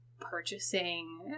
purchasing